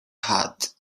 hot